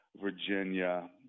Virginia